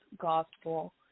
gospel